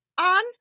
on